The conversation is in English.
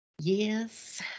Yes